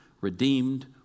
Redeemed